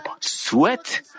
sweat